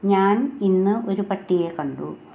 ഞാന് ഇന്ന് ഒരു പട്ടിയെ കണ്ടു